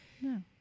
No